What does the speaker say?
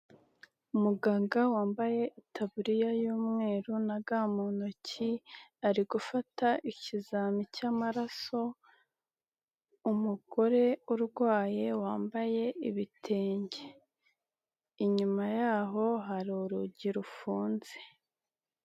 Umuganga wambaye taburiya y'umweru na ga mu ntoki ari gufata ikizami cy'amaraso, umugore urwaye wambaye ibitenge inyuma yaho hari urugi rufunze.